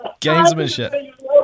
Gamesmanship